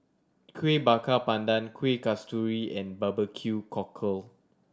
Kueh Bakar Pandan Kueh Kasturi and barbecue cockle